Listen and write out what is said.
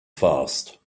fast